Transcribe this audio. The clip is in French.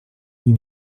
huit